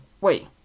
wait